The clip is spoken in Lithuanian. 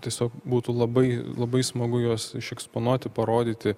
tiesiog būtų labai labai smagu juos išeksponuoti parodyti